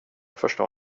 förstår